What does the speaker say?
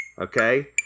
Okay